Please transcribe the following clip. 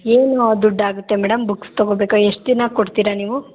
ಏನು ದುಡ್ಡಾಗುತ್ತೆ madam books ತಗೊಬೇಕು ಎಷ್ಟು ದಿನ ಕೊಡ್ತೀರಾ ನೀವು